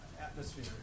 atmosphere